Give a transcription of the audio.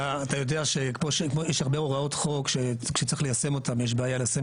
אתה יודע שיש הרבה הוראות חוק שכשצריך ליישם אותן יש בעיה ליישם,